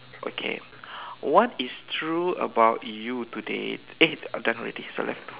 okay what is true about you today eh done already sorry